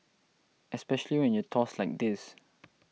especially when you toss like this